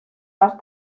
las